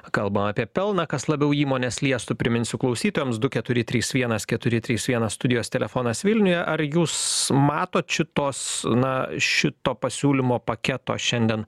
kalbam apie pelną kas labiau įmones liestų priminsiu klausytojams du keturi trys vienas keturi trys vienas studijos telefonas vilniuje ar jūs matot šitos na šito pasiūlymo paketo šiandien